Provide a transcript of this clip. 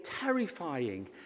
terrifying